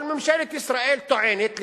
אבל ממשלת ישראל טוענת,